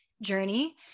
journey